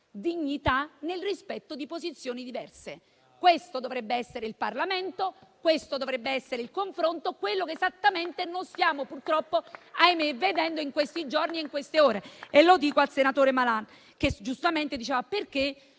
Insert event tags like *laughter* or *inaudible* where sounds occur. dignità nel rispetto di posizioni diverse. Questo dovrebbe essere il Parlamento; questo dovrebbe essere il confronto, quello che esattamente non stiamo purtroppo vedendo in questi giorni e nelle ultime ore. *applause* Dico questo al senatore Malan che giustamente spiegava perché